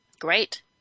Great